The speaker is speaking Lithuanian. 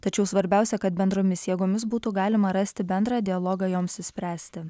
tačiau svarbiausia kad bendromis jėgomis būtų galima rasti bendrą dialogą joms išspręsti